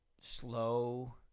slow